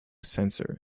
sensor